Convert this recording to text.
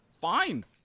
Fine